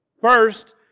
First